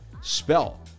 spell